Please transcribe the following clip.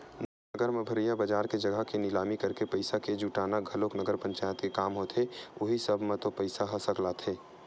नगर म भरइया बजार के जघा के निलामी करके पइसा के जुटाना घलोक नगर पंचायत के काम होथे उहीं सब म तो पइसा ह सकलाथे